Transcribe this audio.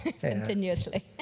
Continuously